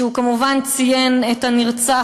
שכמובן ציין את הנרצח,